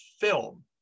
film